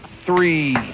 three